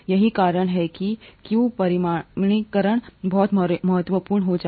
यही कारण है कि के क्यों परिमाणीकरण बहुत महत्वपूर्ण हो जाता है